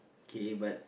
okay but